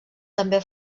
també